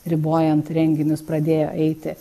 ribojant renginius pradėjo eiti